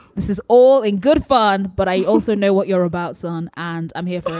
this is all in good fun. but i also know what you're about, son and i'm here.